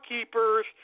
keepers